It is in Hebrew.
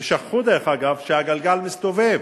ושכחו, דרך אגב, שהגלגל מסתובב.